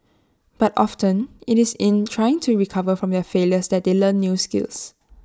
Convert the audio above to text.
but often IT is in trying to recover from their failures that they learn new skills